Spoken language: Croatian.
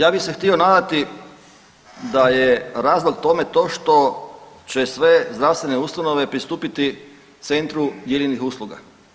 Ja bi se htio nadati da je razlog tome to što će sve zdravstvene ustanove pristupiti centru jedinih usluga.